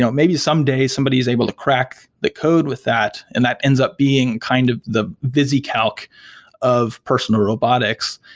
so maybe someday somebody' is able to crack the code with that and that ends up being kind of the visicalc of personal robotics.